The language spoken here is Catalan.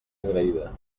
agraïda